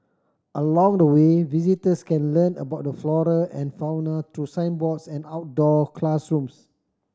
along the way visitors can learn about the flora and fauna through signboards and outdoor classrooms